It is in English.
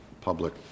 public